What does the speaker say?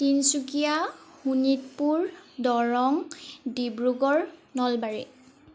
Tinsukia Sonitpur Darrang Dibrugarh Nalbari